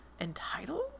entitled